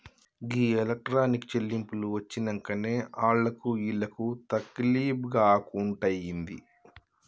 గీ electronic చెల్లింపులు వచ్చినంకనే ఆళ్లకు ఈళ్లకు తకిలీబ్ గాకుంటయింది